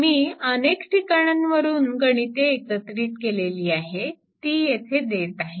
मी अनेक ठिकाणांवरून गणिते एकत्रित केलेली आहेत ती येथे देत आहे